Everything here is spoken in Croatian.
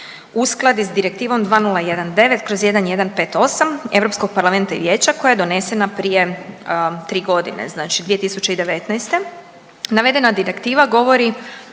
uskladi s Direktivom 2019/1158 Europskog parlamenta i vijeća koja je donesena prije 3.g. znači 2019.. Navedena direktiva govori